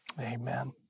amen